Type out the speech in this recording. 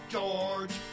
George